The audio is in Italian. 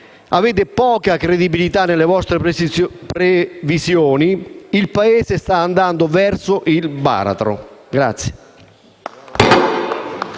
Avete poca credibilità nelle vostre previsioni. Il Paese sta andando verso il baratro.